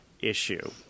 issue